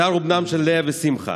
הדר הוא בנם של לאה ושמחה.